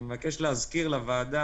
אני מבקש להזכיר לוועדה,